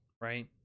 right